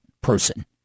person